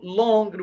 long